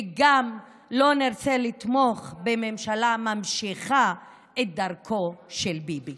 וגם לא נרצה לתמוך בממשלה שממשיכה את דרכו של ביבי.